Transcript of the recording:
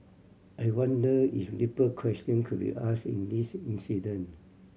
I wonder if deeper question could be asked in this incident